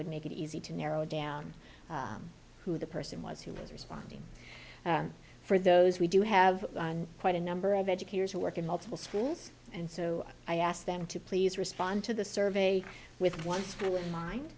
would make it easy to narrow down who the person was who was responding for those we do have quite a number of educators who work in multiple schools and so i asked them to please respond to the survey with one school in